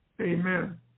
Amen